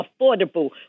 affordable